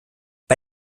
bei